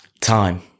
time